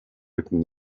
rücken